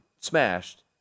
smashed